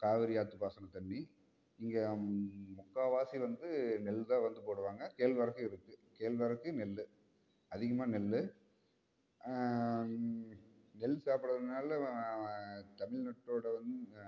காவேரி ஆத்துப்பாசன தண்ணி இங்கே முக்கால்வாசி வந்து நெல்தான் வந்து போடுவாங்கள் கேழ்வரகு இருக்குது கேழ்வரகு நெல் அதிகமாக நெல் நெல் சாப்பிட்றதுனால தமிழ்நாட்டோட வந்து